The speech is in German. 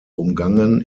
umgangen